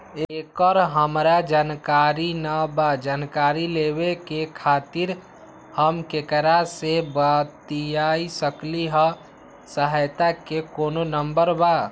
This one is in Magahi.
एकर हमरा जानकारी न बा जानकारी लेवे के खातिर हम केकरा से बातिया सकली ह सहायता के कोनो नंबर बा?